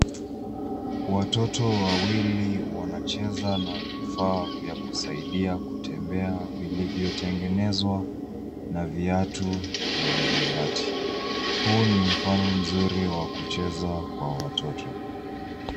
Watoto wawili wanacheza na vifaa vya kusaidia kutembea vilivyotengenezwa na viatu na vibati, huu ni mfano mzuri wa kucheza kwa watoto.